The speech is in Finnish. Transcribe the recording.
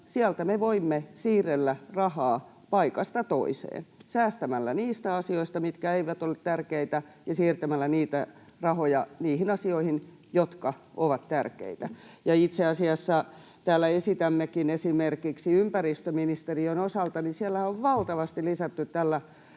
sieltä me voimme siirrellä rahaa paikasta toiseen, säästämällä niistä asioista, mitkä eivät ole tärkeitä, ja siirtämällä niitä rahoja niihin asioihin, jotka ovat tärkeitä. Itse asiassa täällä esitämmekin siirtoa esimerkiksi ympäristöministeriön osalta, kun siellähän on valtavasti lisätty tällä